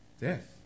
death